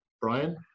Brian